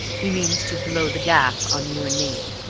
he means to blow the gaff on you and me.